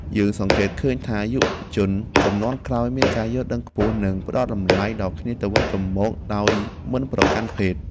យើងសង្កេតឃើញថា យុវជនជំនាន់ក្រោយមានការយល់ដឹងខ្ពស់ និងផ្តល់តម្លៃដល់គ្នាទៅវិញទៅមកដោយមិនប្រកាន់ភេទ។